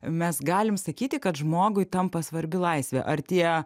mes galim sakyti kad žmogui tampa svarbi laisvė ar tie